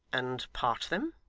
and part them